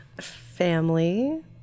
Family